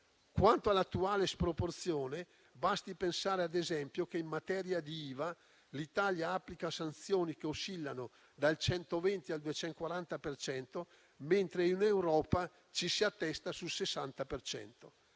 Quanto all'attuale sproporzione basti pensare, ad esempio, che in materia di IVA l'Italia applica sanzioni che oscillano dal 120 al 240 per cento, mentre in Europa ci si attesta sul 60